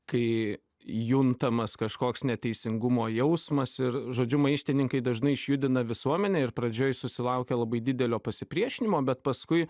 kai juntamas kažkoks neteisingumo jausmas ir žodžiu maištininkai dažnai išjudina visuomenę ir pradžioj susilaukia labai didelio pasipriešinimo bet paskui